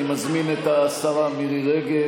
אני מזמין את השרה מירי רגב.